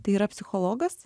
tai yra psichologas